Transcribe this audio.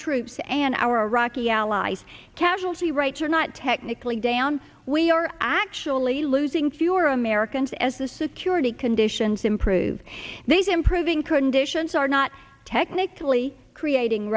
troops and our iraqi allies casualty rates are not technically down we are actually losing fewer americans as the security conditions improve these improving conditions are not technically creating